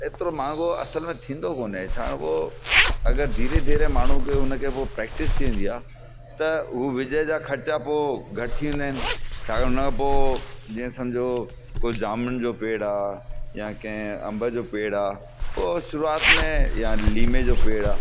एतिरो महांगो असुल में थींदो कोन्हे हाणेको अगरि धीरे धीरे माण्हू खे हुन खे पोइ प्रेक्टिस थी वेंदी आहे त उहो विज जा ख़र्चा पोइ घटि थी वेंदा आहिनि छाकाणि उन खां पोइ जंहिं समुझो कुझु जामुण जो पेड़ आहे या कंहिं अंब जो पेड़ आहे उहो शुरूआति में या लीमे जो पेड़ आहे